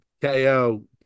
KO